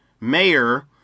mayor